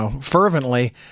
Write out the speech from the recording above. fervently